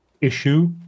issue